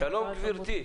שלום גברתי.